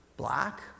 Black